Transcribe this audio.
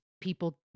people